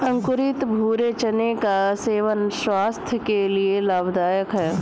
अंकुरित भूरे चने का सेवन स्वास्थय के लिए लाभदायक है